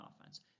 offense